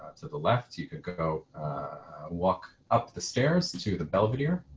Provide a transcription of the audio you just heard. to the left, you could go walk up the stairs to the belvedere.